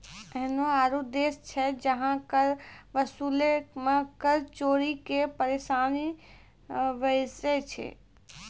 एहनो आरु देश छै जहां कर वसूलै मे कर चोरी के परेशानी बेसी छै